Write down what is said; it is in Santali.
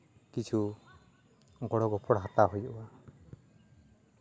ᱠᱤᱪᱷᱩ ᱜᱚᱲᱚᱼᱜᱚᱯᱚᱲᱚ ᱦᱟᱛᱟᱣ ᱦᱩᱭᱩᱜᱼᱟ